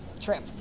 trip